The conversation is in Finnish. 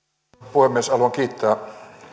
puhemies haluan kiittää